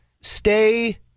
Stay